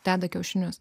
deda kiaušinius